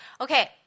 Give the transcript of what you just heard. okay